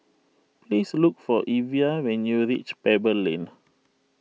please look for Evia when you reach Pebble Lane